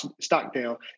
Stockdale